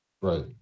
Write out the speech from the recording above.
right